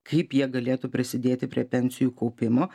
kaip jie galėtų prisidėti prie pensijų kaupimo